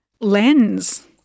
lens